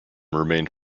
remained